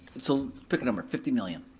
so pick a number, fifty million.